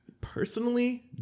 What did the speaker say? Personally